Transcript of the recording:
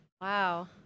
Wow